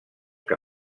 que